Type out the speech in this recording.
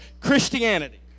Christianity